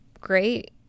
great